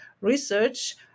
research